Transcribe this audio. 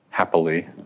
happily